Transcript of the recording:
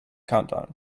countdown